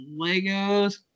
Legos